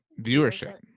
Viewership